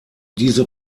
diese